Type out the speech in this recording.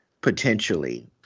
potentially